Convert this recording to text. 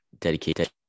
dedicated